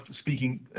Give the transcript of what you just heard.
speaking